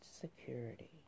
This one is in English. security